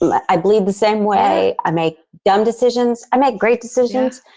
like i bleed the same way. i make dumb decisions, i make great decisions.